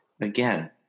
Again